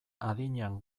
adinean